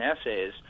essays